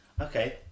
Okay